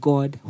God